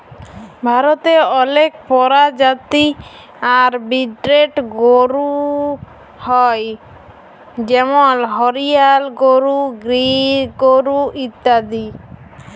ভারতে অলেক পরজাতি আর ব্রিডের গরু হ্য় যেমল হরিয়ালা গরু, গির গরু ইত্যাদি